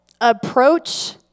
approach